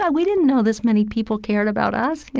ah we didn't know this many people cared about us.